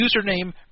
username